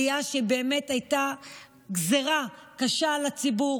עלייה שהיא באמת גזרה קשה על הציבור,